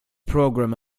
program